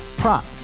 prop